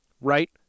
right